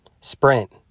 Sprint